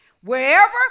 wherever